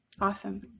Awesome